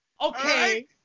Okay